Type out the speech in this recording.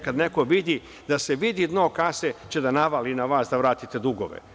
Kad neko vidi da se vidi dno kase će da navali na vas da vratite dugove.